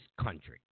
country